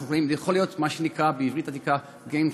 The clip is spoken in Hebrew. זה יכול להיות מה שנקרא בעברית עתיקה game changer.